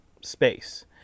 space